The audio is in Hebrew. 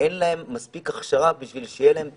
רק שהם צריכים יותר הכשרה בשביל שיהיה להם תמרון.